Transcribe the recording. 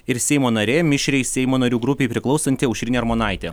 ir seimo narė mišriai seimo narių grupei priklausanti aušrinė armonaitė